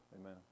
amen